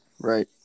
Right